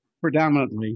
predominantly